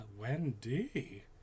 Wendy